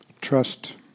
trust